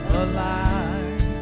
alive